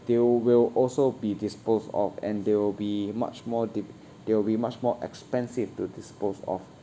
they will also be disposed of and they will be much more deep~ there will be much more expensive to dispose of